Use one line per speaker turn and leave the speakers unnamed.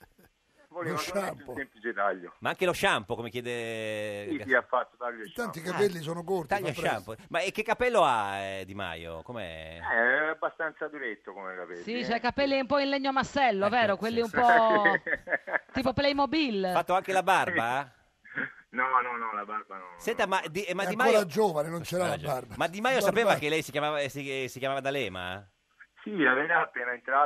Volevo
Lo
solo un
shampoo.
semplice taglio.
Ma anche lo shampoo, come chiede-
Sì, sì, ha fatto taglio e
Tanti
shampoo.
i capelli
Ah,
sono corti,
taglio
fa
e
presto.
shampoo. Ma e che capello ha, eh, Di Maio? Com'è?
Eh, abbastanza duretto come capelli,
Sì, c'ha i
eh.
capelli un po' in legno massello,
Ecco,
vero? Quelli
sì,
un
sì.
po' tipo Playmobil.
Fatto anche la barba?
Sì. No, no, no, la barba no,
Senta,
no,
ma
no.
Di- ma
È
Di
ancora
Maio-
giovane, non c'era la barba.
Ma Di Maio
La
sapeva
barba-
che lei si chiamava- eh, si- eh, si chiamava D'Alema?
Sì, era appena entrato-